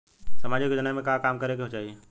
सामाजिक योजना में का काम करे के चाही?